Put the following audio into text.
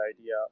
idea